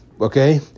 Okay